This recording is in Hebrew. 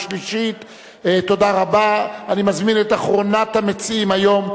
אני קובע שהצעת חוק ההנדסאים והטכנאים המוסמכים